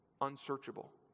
unsearchable